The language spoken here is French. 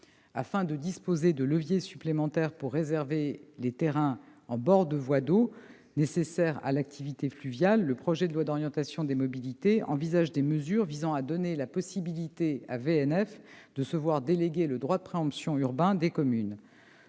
Afin de disposer de leviers supplémentaires pour réserver les terrains en bord de voie d'eau nécessaires à l'activité fluviale, on envisage d'insérer dans le projet de loi d'orientation sur les mobilités des mesures visant à donner la possibilité à VNF de se voir déléguer le droit de préemption urbain des communes.